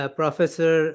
professor